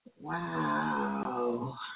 Wow